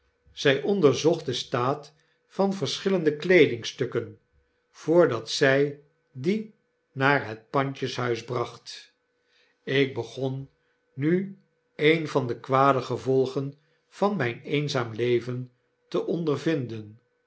zij onderzocht den staat van verschillende kleedingstukken voordat zij die naar het pandjeshuis hracht ik begon nu een van de kwade gevolgen van myn eenzaam leven te ondervinden